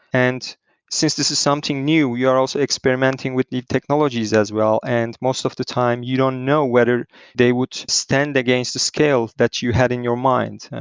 and since this is something new, you are also experimenting with the technologies as well and most of the time you don't know whether they would stand against the scale that you had in your mind.